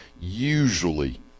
usually